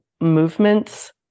movements